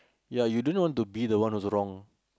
ya you do not want to be the one who's wrong